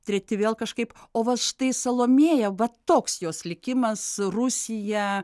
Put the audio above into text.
treti vėl kažkaip o vazt štai salomėja vat toks jos likimas rusija